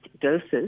doses